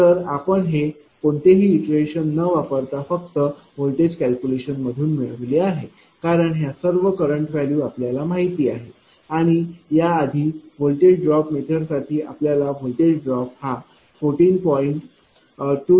तर आपण हे कोणतेही इटरेशन न वापरता फक्त व्होल्टेज कॅल्क्युलेशन मधून मिळवले आहे कारण ह्या सर्व करंट व्हॅल्यू आपल्याला माहिती आहेत आणि या आधी व्होल्टेज ड्रॉप मेथडसाठी आपल्याला व्होल्टेज ड्रॉप हा 14